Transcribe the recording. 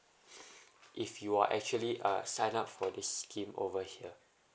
if you are actually uh sign up for this scheme over here